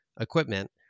equipment